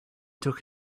took